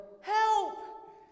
help